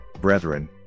brethren